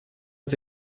aux